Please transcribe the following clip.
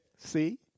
See